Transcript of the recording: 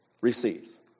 receives